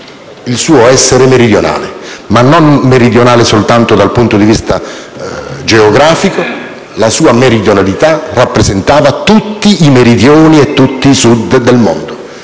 il suo essere meridionale, ma non solo dal punto di vista geografico, perché la sua meridionalità rappresentava tutti i meridioni e tutti i sud del mondo.